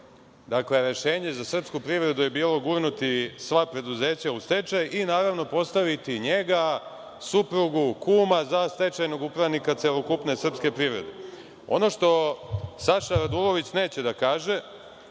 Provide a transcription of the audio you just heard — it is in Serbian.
stečaj. Dakle, rešenje za srpsku privredu je bilo gurnuti sva preduzeća u stečaj i postaviti njega, suprugu, kuma za stečajnog upravnog celokupne srpske privrede. Ono što Saša Radulović neće da kaže